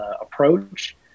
approach